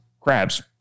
Crabs